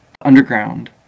underground